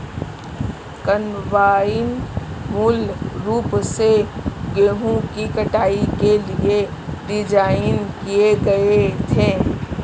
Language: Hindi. कंबाइन मूल रूप से गेहूं की कटाई के लिए डिज़ाइन किए गए थे